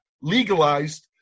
legalized